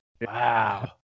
Wow